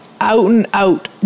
out-and-out